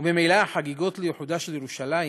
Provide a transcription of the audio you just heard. וממילא החגיגות לאיחודה של ירושלים